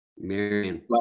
Marion